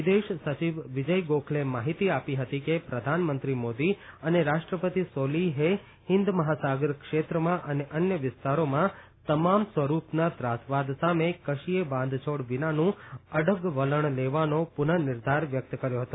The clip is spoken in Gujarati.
વિદેશ સચિવ વિજય ગોખલેએ માહિતી આપી હતી કે પ્રધાનમંત્રી મોદી અને રાષ્ટ્રપતિ સોલિહે હિન્દ મહાસાગર ક્ષેત્રમાં અને અન્ય વિસ્તારોમાં તમામ સ્વરૂપના ત્રાસવાદ સામે કશીયે બાંધછોડ વિનાનું અડગ વલણ લેવાનો પુનઃનિર્ધાર વ્યક્ત કર્યો હતો